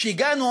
שהגענו